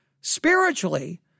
spiritually